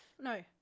No